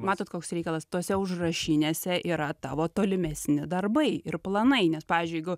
matot koks reikalas tose užrašinėse yra tavo tolimesni darbai ir planai nes pavyzdžiui jeigu